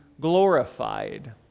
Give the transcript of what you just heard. glorified